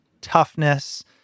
toughness